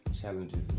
challenges